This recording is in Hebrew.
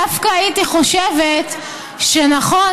דווקא הייתי חושבת שנכון,